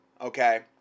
Okay